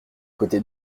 coté